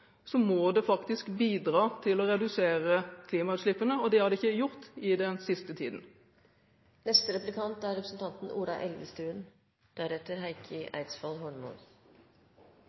må det faktisk bidra til å redusere klimautslippene, og det har det ikke gjort i den siste tiden. Jeg vil gjerne fortsette litt med klimakvoter, for det er